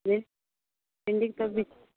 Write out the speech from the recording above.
जी भिंडी का बीज